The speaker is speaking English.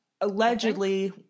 Allegedly